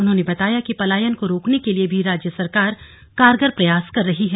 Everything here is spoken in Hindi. उन्होंने बताया कि पलायन को रोकने के लिए भी राज्य सरकार कारगर प्रयास कर रही है